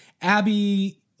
Abby